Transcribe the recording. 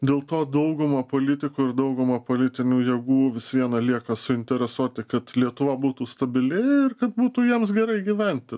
dėl to dauguma politikų ir dauguma politinių jėgų vis viena lieka suinteresuoti kad lietuva būtų stabili ir kad būtų jiems gerai gyventi